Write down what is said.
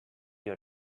your